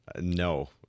No